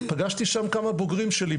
פגשתי שם כמה בוגרים שלי,